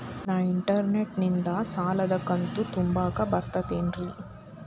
ನಾ ಇಂಟರ್ನೆಟ್ ನಿಂದ ಸಾಲದ ಕಂತು ತುಂಬಾಕ್ ಬರತೈತೇನ್ರೇ?